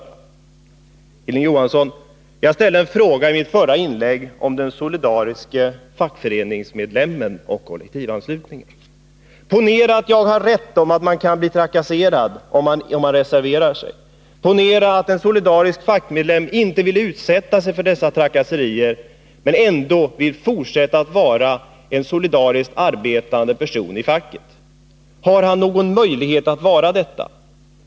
I mitt förra inlägg ställde jag en fråga till Hilding Johansson om den solidariske fackföreningsmedlemmen och kollektivanslutningen. Ponera att jag har rätt när jag säger att den som opponerar sig kan bli trakasserad. Ponera vidare att mängder med icke-socialister vill vara solidariska Nr 29 fackföreningsmedlemmar. Har de då någon möjlighet att vara det?